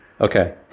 Okay